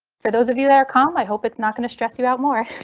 for those of you that are calm. i hope it's not going to stress you out more